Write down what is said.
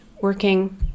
working